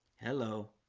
hello,